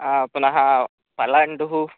पुनः पलाण्डुः